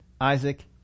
Isaac